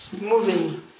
moving